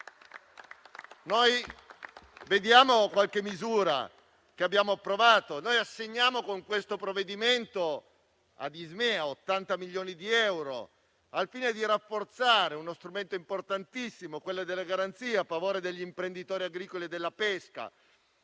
alcune delle misure che abbiamo approvato: noi assegniamo con questo provvedimento ad Ismea 80 milioni di euro, al fine di rafforzare uno strumento importantissimo, quello delle garanzie a favore degli imprenditori agricoli e della pesca.